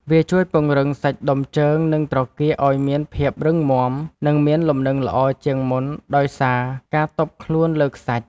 វាជួយពង្រឹងសាច់ដុំជើង និងត្រគាកឱ្យមានភាពរឹងមាំ និងមានលំនឹងល្អជាងមុនដោយសារការទប់ខ្លួនលើខ្សាច់។